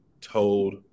told